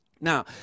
Now